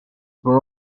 were